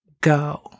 go